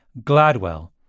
GLADWELL